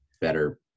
better